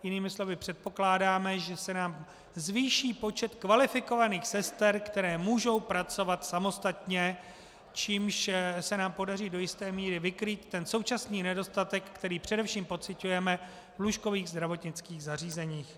Jinými slovy předpokládáme, že se nám zvýší počet kvalifikovaných sester, které můžou pracovat samostatně, čímž se nám podaří do jisté míry vykrýt současný nedostatek, který především pociťujeme v lůžkových zdravotnických zařízeních.